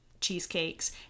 cheesecakes